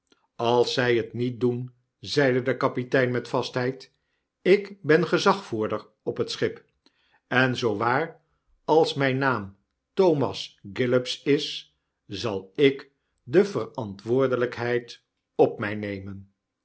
als zy t niet doen zeide de kapitein met vastheid ik ben gezaghebber op het schipen zoo waar als myn naam thomas gillops is zal ik de verantwoordelpheid op mij nemen